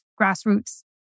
grassroots